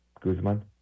Guzman